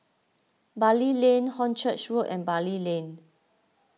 Bali Lane Hornchurch Road and Bali Lane